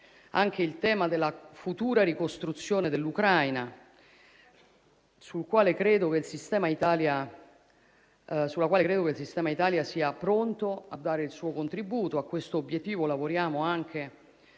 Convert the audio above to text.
anche il tema della futura ricostruzione dell'Ucraina, sulla quale credo che il sistema Italia sia pronto a dare il suo contributo. A questo obiettivo lavoriamo anche